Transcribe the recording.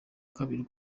babiri